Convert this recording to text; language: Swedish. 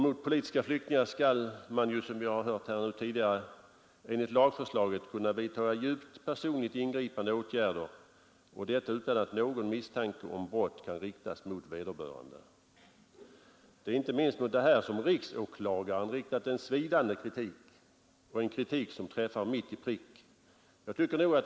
Mot politiska flyktingar skall man, som vi hört tidigare under debatten, enligt lagförslaget kunna vidta djupt personligt ingripande åtgärder utan att någon misstanke om brott kan riktas mot vederbörande. Det är inte minst mot detta riksåklagaren riktat en svidande kritik, som träffar mitt i prick.